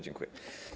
Dziękuję.